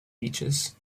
beaches